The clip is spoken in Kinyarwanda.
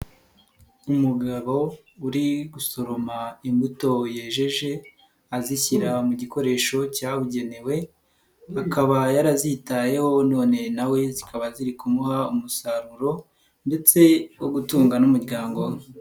Umugabo uri gusoroma imbuto yejeje azishyira mu gikoresho cyabugenewe, akaba yarazitayeho none nawe zikaba ziri kumuha umusaruro ndetse wo gutunga n'umuryango we.